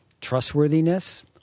trustworthiness